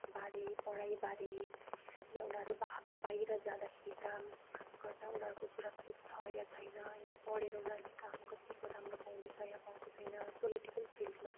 बारे पढाइबारे या उनीहरू बाह बाहिर जाँदाखेरि काम गर्दा उनीहरूको सुरक्षित छ या छैन या पढेर उनीहरूले काम कत्तिको राम्रो पाउँदैछ या पाएको छैन पोलिटिकल फिल्डमा